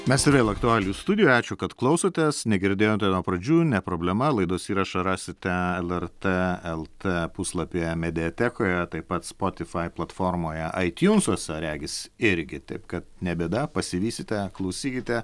mes ir vėl aktualijų studijoj ačiū kad klausotės negirdėjote nuo pradžių ne problema laidos įrašą rasite lrt lt puslapyje mediatekoje taip pat spotify platformoje aitiunsuose regis irgi taip kad ne bėda pasivysite klausykite